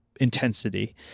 intensity